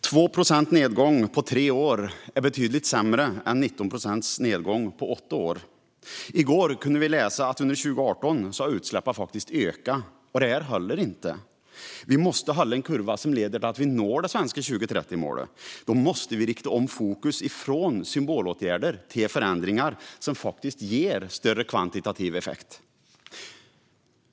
Fru talman! En nedgång med 2 procent på tre år är betydligt sämre än en nedgång med 19 procent på åtta år. I går kunde vi läsa att utsläppen under 2018 faktiskt har ökat. Det håller inte! Vi måste hålla en kurva som leder till att vi når det svenska 2030-målet. Då måste vi rikta om fokus från symbolåtgärder till förändringar som faktiskt ger större kvantitativ effekt.